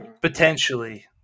potentially